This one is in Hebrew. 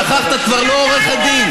שכחת, את כבר לא עורכת דין.